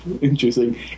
interesting